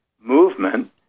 movement